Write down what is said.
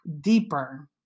deeper